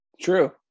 true